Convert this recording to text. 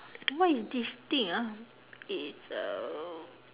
what is this thing ah it's a